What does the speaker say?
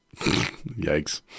Yikes